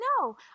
no